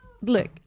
look